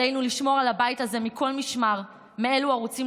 עלינו לשמור על הבית הזה מכל משמר מאלו הרוצים